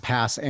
Pass